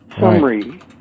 summary